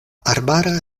arbara